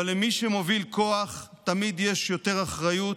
אבל למי שמוביל כוח, תמיד יש יותר אחריות,